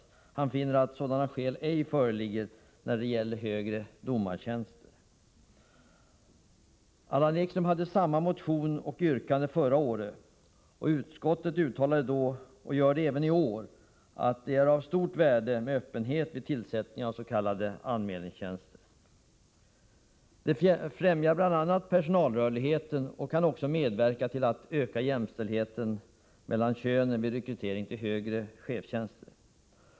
Motionären finner att sådana skäl ej föreligger när det gäller högre domartjänster. Allan Ekström hade samma motion och samma yrkande förra året. Utskottet uttalade då, och gör det även i år, att det är av stort värde att öppenhet råder vid tillsättning av s.k. anmälningstjänster. Detta främjar bl.a. personalrörligheten och kan också medverka till ökad jämställdhet mellan könen vid rekrytering till högre chefstjänster.